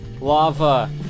Lava